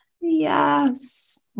Yes